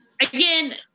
again